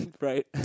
right